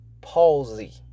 palsy